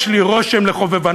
יש לי רושם של חובבנות,